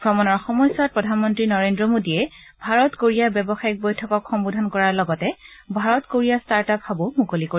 ভ্ৰমণৰ সময়ছোৱাত প্ৰধানমন্ত্ৰী নৰেন্দ্ৰ মোদীয়ে ভাৰত কোৰিয়া ব্যৱসায়িক বৈঠকক সম্বোধন কৰাৰ লগতে ভাৰত কোৰিয়া ষ্টাৰ্ট আপ হাবো মুকলি কৰিব